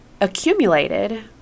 accumulated